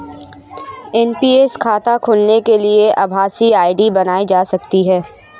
NPS खाता खोलने के लिए आभासी आई.डी बनाई जा सकती है